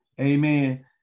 Amen